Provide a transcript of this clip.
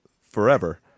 forever